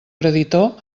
creditor